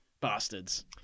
Bastards